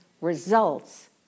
results